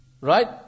Right